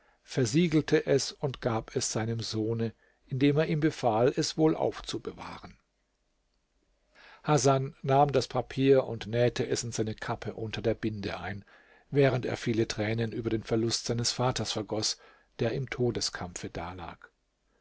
versiegelte es und gab es seinem sohne indem er ihm befahl es wohl aufzubewahren hasan nahm das papier und nähte es in seine kappe unter der binde ein während er viele tränen über den verlust seines vaters vergoß der im todeskampfe dalag